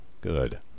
Good